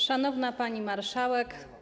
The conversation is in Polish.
Szanowna Pani Marszałek!